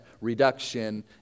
reduction